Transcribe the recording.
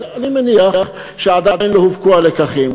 אני מניח שעדיין לא הופקו הלקחים,